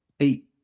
eight